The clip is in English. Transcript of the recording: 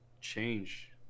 change